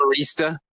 barista